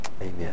Amen